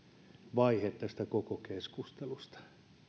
vaihe tästä koko keskustelusta